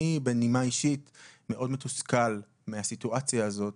בנימה אישית אגיד שאני מאוד מתוסכל מהסיטואציה הזאת